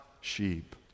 sheep